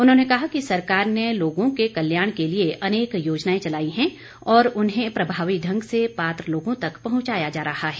उन्होंने कहा कि सरकार ने लोगों के कल्याण के लिए अनेक योजनाएं चलाई हैं और उन्हें प्रभावी ढंग से पात्र लोगों तक पहुंचाया जा रहा है